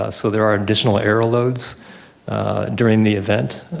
ah so there are additional air loads during the event.